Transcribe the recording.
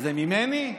זה ממני?